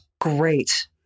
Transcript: great